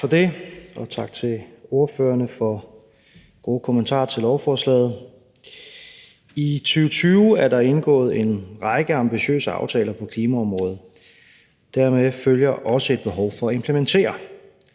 Tak for det. Og tak til ordførerne for gode kommentarer til lovforslaget. I 2020 er der indgået en række ambitiøse aftaler på klimaområdet; dermed følger også et behov for at implementere.